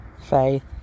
faith